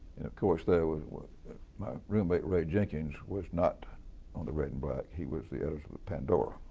course there was was my roommate ray jenkins was not on the red and black. he was the editor of the pandora,